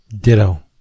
Ditto